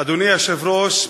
אדוני היושב-ראש,